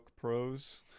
Pros